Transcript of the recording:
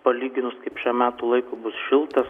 palyginus kaip šiam metų laikui bus šiltas